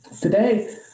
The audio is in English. Today